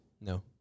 No